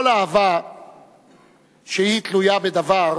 "כל אהבה שהיא תלויה בדבר,